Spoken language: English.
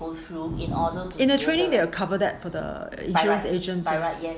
in training they will cover that to that insurance agent